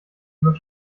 nur